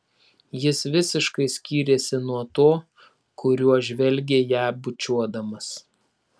jis visiškai skyrėsi nuo to kuriuo žvelgė ją bučiuodamas